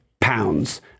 pounds